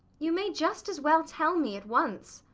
you may just as well tell me at once.